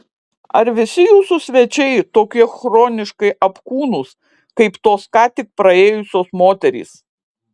ar visi jūsų svečiai tokie chroniškai apkūnūs kaip tos ką tik praėjusios moterys